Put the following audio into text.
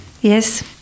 Yes